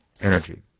energy